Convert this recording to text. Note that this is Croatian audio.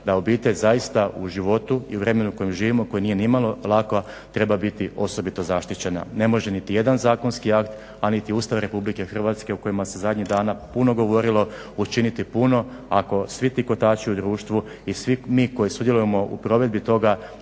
da obitelj zaista u životu i vremenu kojem živimo i koje nije nimalo lako treba biti osobito zaštićeno, ne može niti jedan zakonski akt a niti Ustav RH u kojima se zadnjih dana puno govorilo učinilo puno ako svi ti kotači u društvu i svi mi koji sudjelujemo u provedbi toga